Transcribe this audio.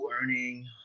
learning